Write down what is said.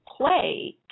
play